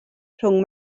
rhwng